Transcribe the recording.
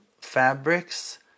fabrics